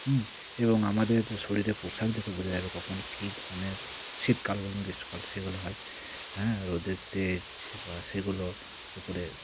এবং আমাদের শরীরে পোশাক দেখে বোঝা যাবে কখন কী ধরনের শীতকাল বলুন গ্রীষ্মকাল সেগুলো হয় হ্যাঁ রোদের তেজ বা সেগুলোর উপরে